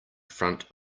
front